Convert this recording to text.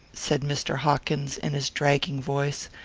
said mr. hawkins in his dragging voice.